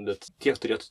bet tiek turėtų